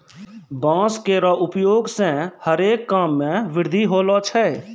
बांस केरो उपयोग सें हरे काम मे वृद्धि होलो छै